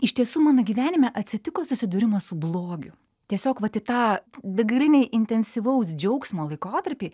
iš tiesų mano gyvenime atsitiko susidūrimas su blogiu tiesiog vat į tą begalinį intensyvaus džiaugsmo laikotarpį